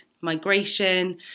migration